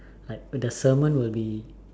like the sermon will be